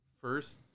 first